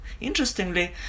Interestingly